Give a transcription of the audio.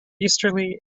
easterly